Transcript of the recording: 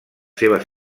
seves